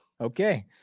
Okay